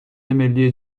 ملی